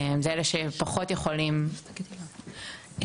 ואלה שפחות יכולים --- סליחה,